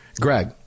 Greg